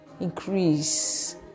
increase